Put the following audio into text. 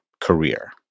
career